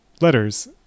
letters